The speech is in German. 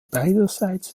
beiderseits